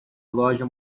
loja